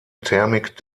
thermik